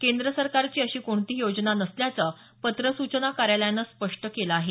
केंद्र सरकारची अशी कोणतीही योजना नसल्याचं पत्र सूचना कार्यालयानं स्पष्ट केलं आहे